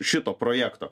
šito projekto